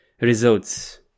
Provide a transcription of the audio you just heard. results